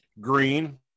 Green